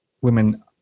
women